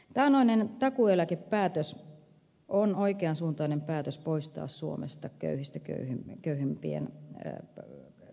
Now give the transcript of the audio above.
taannoinen takuueläkepäätös on oikeansuuntainen päätös poistaa suomesta köyhistä köyhimpien kurjuutta